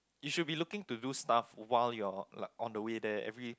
you should be looking to do stuff while you're like on the way there every